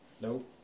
Nope